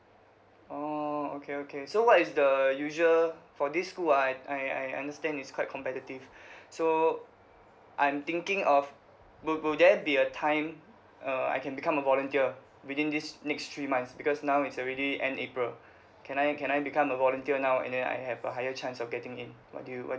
orh okay okay so what is the usual for this school I I I understand it's quite competitive so I'm thinking of will will there be a time uh I can become a volunteer within this next three months because now is already end april can I can I become a volunteer now and then I have a higher chance of getting in what do you what do you